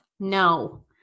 No